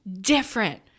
different